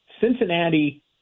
Cincinnati